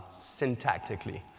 syntactically